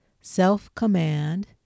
self-command